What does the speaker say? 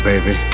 Baby